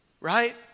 right